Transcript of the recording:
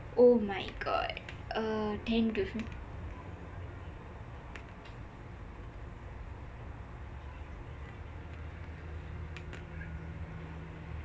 oh my god uh